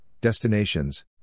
destinations